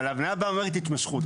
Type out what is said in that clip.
אבל ההבניה באה ואומרת התמשכות.